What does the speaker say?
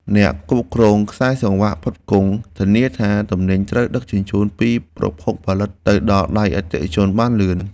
អ្នកគ្រប់គ្រងខ្សែសង្វាក់ផ្គត់ផ្គង់ធានាថា ទំនិញត្រូវដឹកជញ្ជូនពីប្រភពផលិតទៅដល់ដៃអតិថិជនបានលឿន។